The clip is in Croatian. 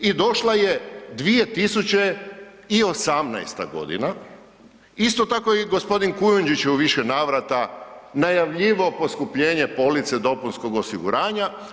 I došla je 2018. godina, isto tako je i gospodin Kujundžić je u više navrata najavljivao poskupljenje police dopunskog osiguranja.